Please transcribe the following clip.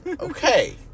Okay